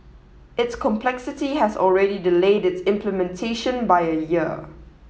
its complexity has already delayed its implementation by a year